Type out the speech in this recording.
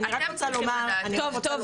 אני מקבלת הכל,